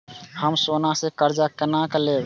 हम सोना से कर्जा केना लैब?